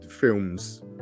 films